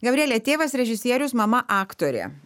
gabriele tėvas režisierius mama aktorė